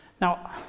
Now